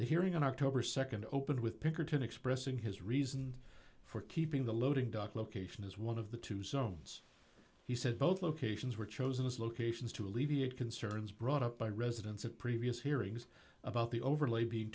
the hearing on october nd opened with pinkerton expressing his reason for keeping the loading dock location is one of the two sons he said both locations were chosen as locations to alleviate concerns brought up by residents of previous hearings about the overlay being